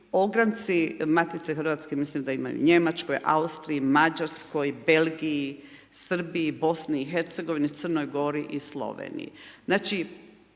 ogranci Matice hrvatske mislim da imaju u Njemačkoj, Austriji, Mađarskoj, Belgiji, Srbiji i BiH-a, Crnoj Gori i Sloveniji. Znači